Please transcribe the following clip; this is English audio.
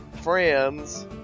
friends